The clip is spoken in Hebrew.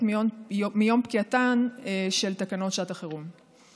מיום פקיעת תוקפן של תקנות שעת החירום.